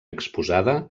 exposada